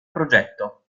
progetto